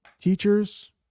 Teachers